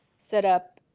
set up